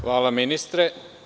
Hvala ministre.